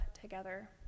together